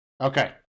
Okay